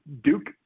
Duke